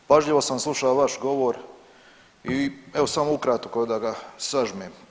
Pažljivo sam slušao vaš govor i evo samo ukratko da ga sažmem.